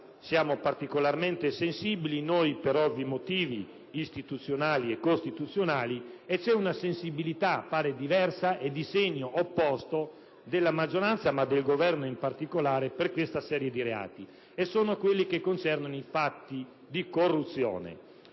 siamo particolarmente sensibili (noi per ovvi motivi istituzionali e costituzionali), mentre c'è una sensibilità che appare diversa e di segno opposto della maggioranza, e del Governo in particolare. Si tratta dei reati che concernono i fatti di corruzione.